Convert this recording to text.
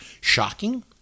shocking